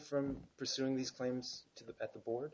from pursuing these claims to the at the board